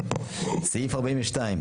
סעיף 88(7)